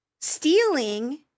Stealing